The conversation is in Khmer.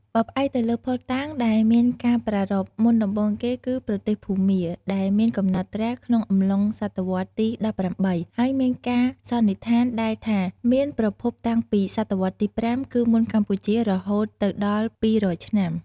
បើផ្អែកទៅលើភស្តុតាងដែលមានការប្រារព្ធ មុនដំបូងគេគឺ ប្រទេសភូមា ដែលមានកំណត់ត្រា ក្នុងអំឡុង សតវត្ស ទី១៨ ហើយមានការសន្និដ្ឋានដែលថា មានប្រភពតាំងពី ស.វទី៥ គឺមុនកម្ពុជា រហូតទៅដល់ ២០០ ឆ្នាំ។